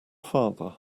father